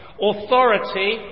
Authority